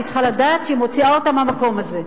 היא צריכה לדעת שהיא מוציאה אותם מהמקום הזה.